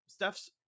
Steph's